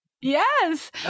Yes